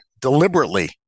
deliberately